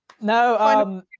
no